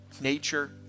Nature